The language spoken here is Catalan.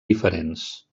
diferents